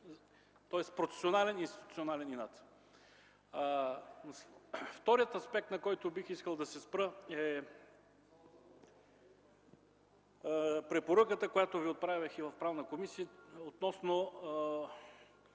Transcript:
не на процесуален и институционален инат. Вторият аспект, на който бих искал да се спра, е препоръката, която ви отправих и в Правната комисия.